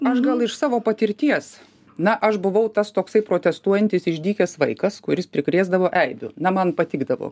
aš gal iš savo patirties na aš buvau tas toksai protestuojantis išdykęs vaikas kuris prikrėsdavo eibių na man patikdavo